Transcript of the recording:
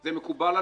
זה מקובל עליכם?